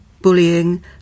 bullying